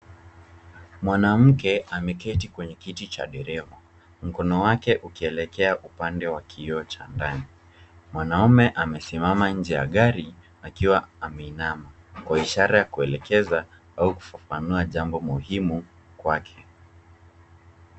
Mwanamke ameketi kwenye kiti cha dereva. Mkono wake ukielekea kwenye kioo cha ndani. Mwanaume amesimama nje ya gari, akiwa ameinama. Kwa ishara ya kuelekeza au kufafanua jambo muhimu kwake.